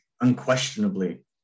unquestionably